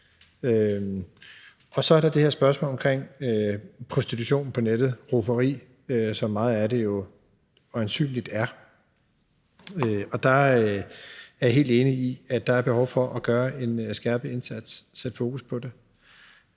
Og så er der det her spørgsmål omkring prostitutionen på nettet – rufferi, som meget af det jo øjensynligt er. Jeg er helt enig i, at der er behov for at gøre en skærpet indsats og sætte fokus på det.